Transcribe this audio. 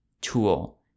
tool